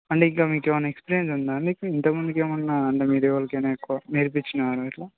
అంటే ఇంకా మీకు ఏమైనా ఎక్స్పీరియన్స్ ఉందా అండి ఇంతకు ముందుకు ఏమైనా అంటే మీరు ఎవరికైనా ఎక్కువ నేర్పించారా ఇట్లా